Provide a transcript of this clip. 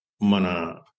Mana